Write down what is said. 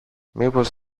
μήπως